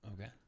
Okay